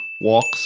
walks